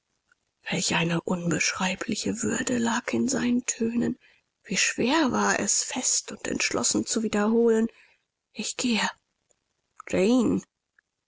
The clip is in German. welch eine unbeschreibliche würde lag in seinen tönen wie schwer war es fest und entschlossen zu wiederholen ich gehe